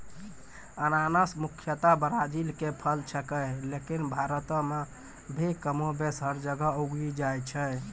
अनानस मुख्यतया ब्राजील के फल छेकै लेकिन भारत मॅ भी कमोबेश हर जगह उगी जाय छै